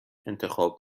انتخاب